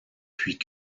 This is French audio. puis